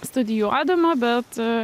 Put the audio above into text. studijuodama bet